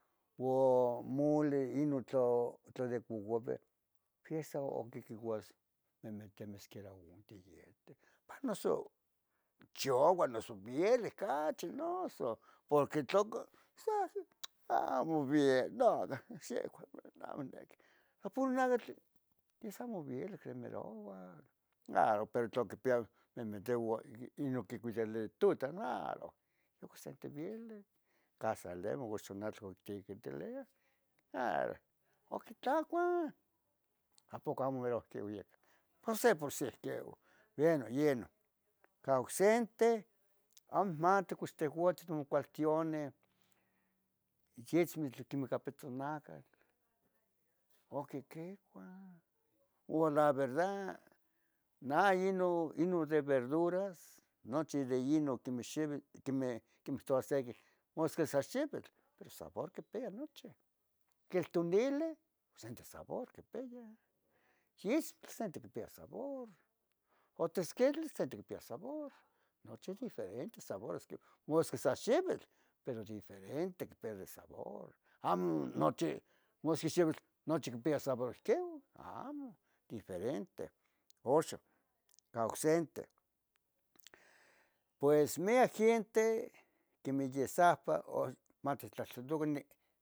po moli inon tla, tla de copoveh yeh sa oc quiquicuas memetemeh quiera onte, yete uan noso chioua, noso viele cachi noso porque tloco, noso amo abien, non xicua neh amo niqui. A puro nacatl nesi amo vielic remerouac, ah pero tla quipia memeteuan inon quicuilia itutano ah, yocsentivileh ocquitlacua apoco amo merou que uiac, por se, por queua, bueno, bueno cah ocsente amo inamati cox tehuatzin tomocualtione yeh <> pitzonacatl ocquiquicua, uan la verda na inon de verduras nochi de inon quemeh xivitl, quemeh, quemeh touah seque, mosque sa xivitl, pero sabor quipia nochi, quiltonilin osente sabor quipia, yixuatl yenti quipia sabor, otosquilitl yenti quipia sabor. Nochi diferentes sabores qui, mosqui so xivitl pero diferente quipia de sabor. Amo nochi masqui xovitl nochi quipia sabor queo, amo diferente. Oxon cah oc sente, pues miac gente quimeh yi safa matitlahtlantocani